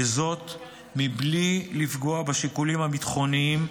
בלי לפגוע בשיקולים הביטחוניים,